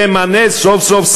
תמנה סוף-סוף,